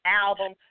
album